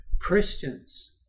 Christians